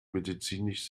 medizinisch